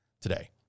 today